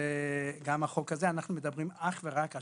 גם בחוק הזה אנחנו מדברים אך ורק על